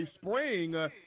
spring